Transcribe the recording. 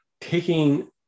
taking